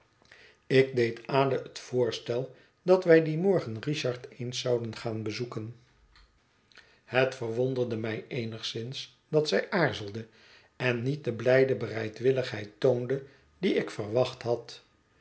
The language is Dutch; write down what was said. ik deed ada het voorstel dat wij dien morgen richard eens zouden gaan bezoeken het verwonderde mij eenigszins dat zij aarzelde en niet de blijde bereidwilligheid toonde die ik verwacht had